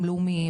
לא נשרה עדיין,